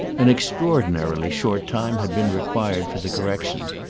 an extraordinarily short time had been required for the correction,